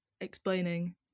explaining